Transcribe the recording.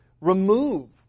remove